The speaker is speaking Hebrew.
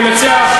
אני מציע לך,